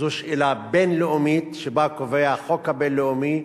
זו שאלה בין-לאומית, שבה קובע החוק הבין-לאומי,